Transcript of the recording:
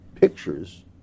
pictures